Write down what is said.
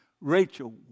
Rachel